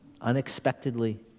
unexpectedly